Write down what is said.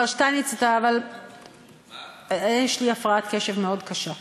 מר שטייניץ, יש לי הפרעת קשב קשה מאוד.